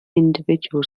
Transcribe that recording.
individual